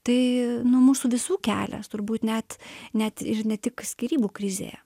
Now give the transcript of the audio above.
tai nu mūsų visų kelias turbūt net net ir ne tik skyrybų krizėje